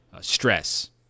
stress